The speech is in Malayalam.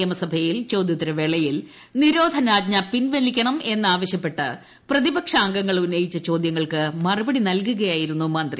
നിയമസഭയിൽ ചോദ്യോത്തരവേളയിൽ നിരോധനാജ്ഞ പിൻവലിക്കണമെന്നാവശ്യപ്പെട്ട് പ്രതിപക്ഷ അംഗങ്ങൾ ഉന്നയിച്ച ചോദ്യങ്ങൾക്ക് മറുപടി നൽകുകയായിരുന്നു മന്ത്രി